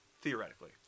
theoretically